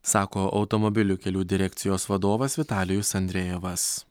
sako automobilių kelių direkcijos vadovas vitalijus andrejevas